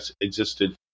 existed